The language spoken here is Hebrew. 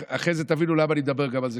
ואחרי זה תבינו למה אני מדבר גם על זה,